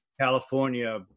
California